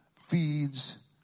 feeds